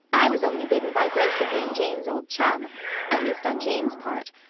i was only bidden by grace of being jane's old chum at least on jane's part.